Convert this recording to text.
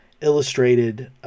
illustrated